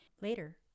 Later